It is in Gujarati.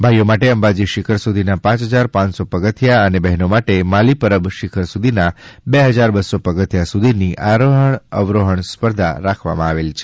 ભાઈઓ માટે અંબાજી શિખર સુધીના પાંચ હજાર પાંચસો પગથિયાં અને બહેનો માટે માલી પરબ શિખર સુધીના બે હજાર બસ્સો પગથીયા સુધીના આરોહણ અવરોહણ રાખવામાં આવેલ છે